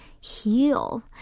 heal